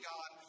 God